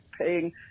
paying